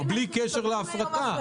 בלי קשר להפרטה.